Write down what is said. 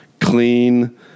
Clean